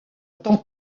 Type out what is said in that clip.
tant